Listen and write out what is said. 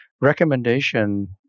recommendation